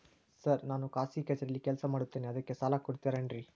Sir ನಾನು ಖಾಸಗಿ ಕಚೇರಿಯಲ್ಲಿ ಕೆಲಸ ಮಾಡುತ್ತೇನೆ ಅದಕ್ಕೆ ಸಾಲ ಕೊಡ್ತೇರೇನ್ರಿ?